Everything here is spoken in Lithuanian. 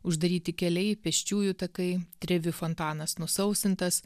uždaryti keliai pėsčiųjų takai trevi fontanas nusausintas